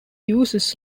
uses